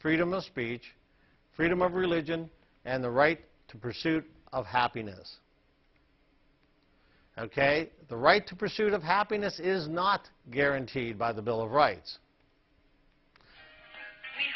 freedom of speech freedom of religion and the right to pursuit of happiness ok the right to pursuit of happiness is not guaranteed by the bill of right